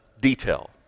detail